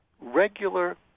regular